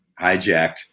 hijacked